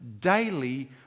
daily